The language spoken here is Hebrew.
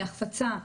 להחפצה,